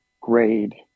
grade